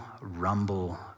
rumble